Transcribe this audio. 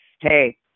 hey